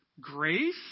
grace